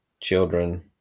children